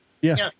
Yes